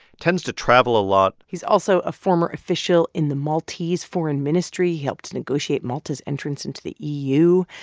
tends to travel a lot he's also a former official in the maltese foreign ministry. he helped negotiate malta's entrance into the eu.